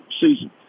season